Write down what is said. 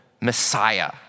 messiah